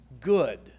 good